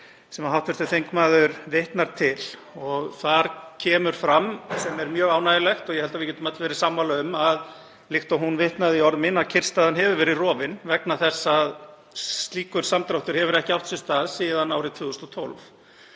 sem hv. þingmaður vitnar til. Þar kemur fram, sem er mjög ánægjulegt, og ég held að við getum öll verið sammála um það, líkt og hún vitnaði í orð mín, að kyrrstaðan hefur verið rofin en slíkur samdráttur hefur ekki átt sér stað síðan árið 2012.